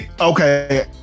okay